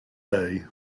day